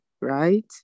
right